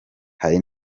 hari